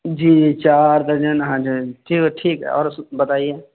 جی جی چار درجن ہاں جی ٹھیک ٹھیک ہے اور بتائیے